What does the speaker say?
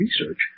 research